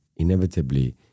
inevitably